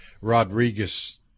Rodriguez